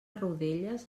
rodelles